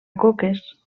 coques